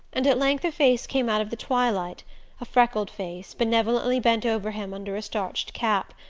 and at length a face came out of the twilight a freckled face, benevolently bent over him under a starched cap.